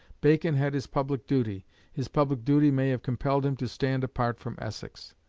bacon had his public duty his public duty may have compelled him to stand apart from essex.